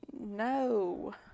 No